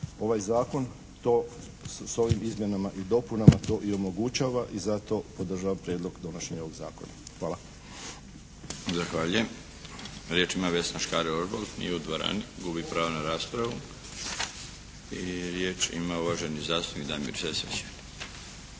Ovaj zakon to s ovim izmjenama i dopunama to i omogućava i zato podržavamo prijedlog donošenja ovog zakona.